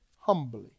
humbly